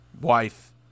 wife